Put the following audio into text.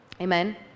Amen